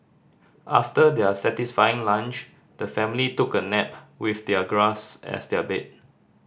after their satisfying lunch the family took a nap with their grass as their bed